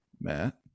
Matt